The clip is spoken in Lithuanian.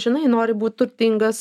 žinai nori būt turtingas